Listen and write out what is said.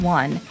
one